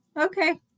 Okay